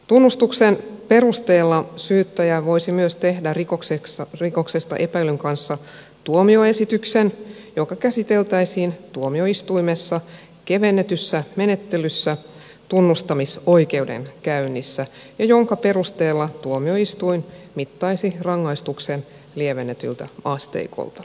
tunnustuksen perusteella syyttäjä voisi myös tehdä rikoksesta epäillyn kanssa tuomioesityksen joka käsiteltäisiin tuomioistuimessa kevennetyssä menettelyssä tunnustamisoikeudenkäynnissä ja jonka perusteella tuomioistuin mittaisi rangaistuksen lievennetyltä asteikolta